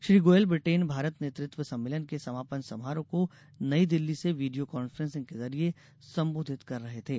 Shri Goyal Britain Bharat नेतृत्व् सम्मेलन के समापन समारोह को नई दिल्ली से वीडियो कांफ्रेंसिंग के जरिए संबोधित कर रहे थे